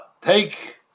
take